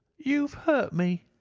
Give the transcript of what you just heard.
you've hurt me!